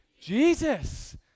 Jesus